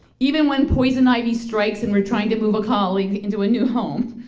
even when poison ivy strikes and we're trying to move a colleague into a new home.